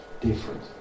different